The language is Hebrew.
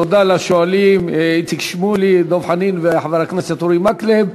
תודה לשואלים איציק שמולי, דב חנין ואורי מקלב.